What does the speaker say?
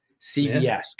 CBS